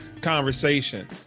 conversation